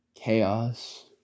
chaos